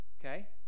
okay